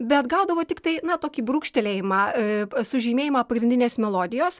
bet gaudavo tiktai na tokį brūkštelėjimą sužymėjimą pagrindinės melodijos